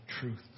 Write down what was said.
truth